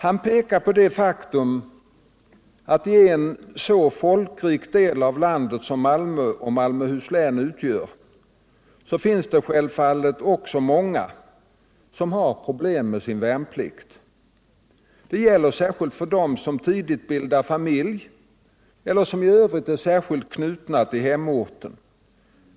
Han pekade på det faktum att i en så folkrik del av landet som Malmö och Malmöhus län utgör finns det självfallet också många som har problem med sin värnplikt. Det gäller särskilt för dem som tidigt bildar familj eller i övrigt är särskilt knutna till hemorten.